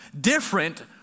Different